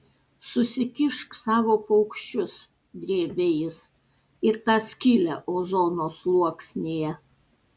susikišk savo paukščius drėbė jis ir tą skylę ozono sluoksnyje